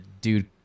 dude